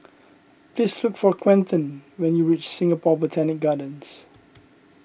please look for Quentin when you reach Singapore Botanic Gardens